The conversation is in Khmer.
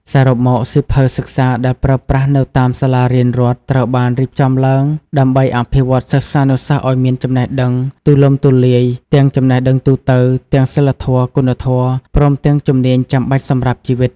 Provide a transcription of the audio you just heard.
សរុបមក សៀវភៅសិក្សាដែលប្រើប្រាស់នៅតាមសាលារៀនរដ្ឋ ត្រូវបានរៀបចំឡើងដើម្បីអភិវឌ្ឍសិស្សានុសិស្សឱ្យមានចំណេះដឹងទូលំទូលាយ ទាំងចំណេះដឹងទូទៅ ទាំងសីលធម៌ និងគុណធម៌ ព្រមទាំងជំនាញចាំបាច់សម្រាប់ជីវិត ។